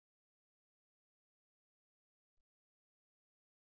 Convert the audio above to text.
ఈ రెండు విధానాల యొక్క ప్రయోజనాలు మరియు అప్రయోజనాలు ఏమిటో కూడా నేను ప్రస్తావించాను